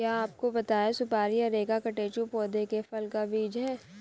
क्या आपको पता है सुपारी अरेका कटेचु पौधे के फल का बीज है?